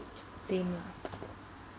same lah